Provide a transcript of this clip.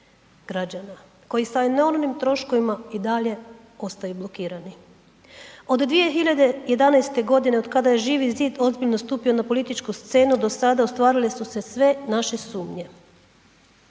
građana koji sa enormnim troškovima i dalje ostaju blokirani. Od 2011.g. od kada je Živi zid ozbiljno stupio na političku scenu do sada ostvarile su se sve naše sumnje